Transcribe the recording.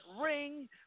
ring